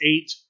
eight